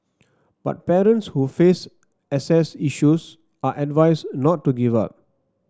but parents who face access issues are advised not to give up